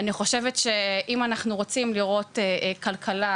אני חושבת שאם אנחנו רוצים לראות כלכלה